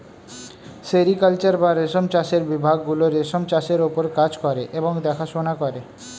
sericulture বা রেশম চাষের বিভাগ গুলো রেশম চাষের ওপর কাজ করে এবং দেখাশোনা করে